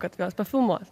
kad mes pafilmuos